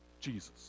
Jesus